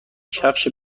کفش